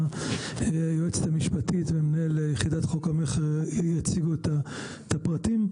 היועצת המשפטית ומנהל יחידת חוק המכר יציגו את הפרטים.